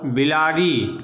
बिलाड़ि